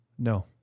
No